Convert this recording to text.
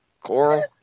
Coral